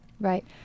Right